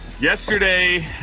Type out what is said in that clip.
yesterday